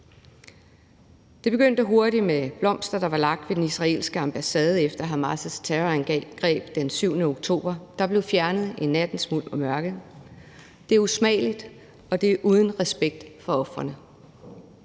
Det begyndte hurtigt med blomster, der var lagt ved den israelske ambassade efter Hamas' terrorangreb den 7. oktober, og som blev fjernet i nattens mulm og mørke. Det er usmageligt, og det er uden respekt for ofrene.